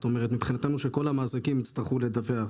מבחינתנו, שכל המעסיקים יצטרכו לדווח.